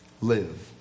live